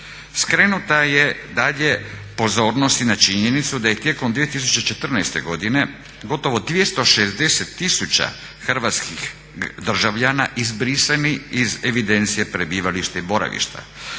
Skrenuta je dalje pozornost i na činjenicu da je tijekom 2014. godine gotovo 260 000 hrvatskih državljana izbrisani iz evidencije prebivališta i boravišta,